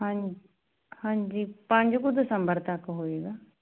ਹਾਂਜੀ ਹਾਂਜੀ ਪੰਜ ਕੁ ਦਸੰਬਰ ਤੱਕ ਹੋਵੇਗਾ